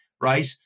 right